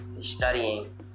studying